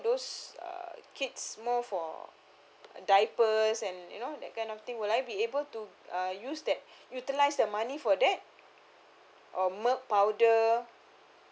those uh kids more for diapers and you know that kind of thing would I be able to uh use that utilize the money for that or milk powder